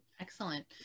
Excellent